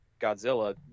Godzilla